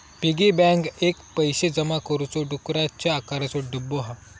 piggy bank एक पैशे जमा करुचो डुकराच्या आकाराचो डब्बो हा